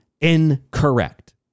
incorrect